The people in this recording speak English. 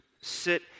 sit